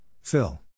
Phil